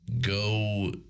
go